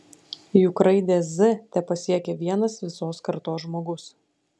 juk raidę z tepasiekia vienas visos kartos žmogus